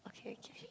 okay okay